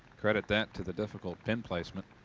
credit that to the difficult pin placements